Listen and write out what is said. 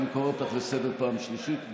אני קורא אותך לסדר פעם שלישית,